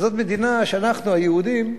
וזו מדינה שאנחנו, היהודים,